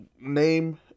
name